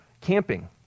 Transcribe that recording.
camping